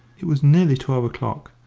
it was nearly twelve o'clock,